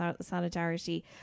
solidarity